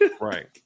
Right